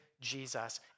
Jesus